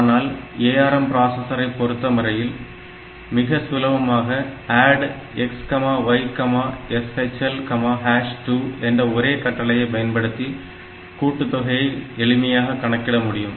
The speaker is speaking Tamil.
ஆனால் ARM பிராசஸசரை பொறுத்தமட்டில் மிக சுலபமாக ADD xySHL2 என்ற ஒரே கட்டளையை பயன்படுத்தி கூட்டுத்தொகையை எளிமையாக கணக்கிட முடியும்